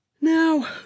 now